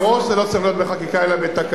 מראש זה לא צריך להיות בחקיקה אלא בתקנות.